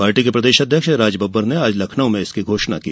party के प्रदेश अध्यक्ष राजबब्बर ने आज लखनउ में इसकी घोषणा की